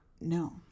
no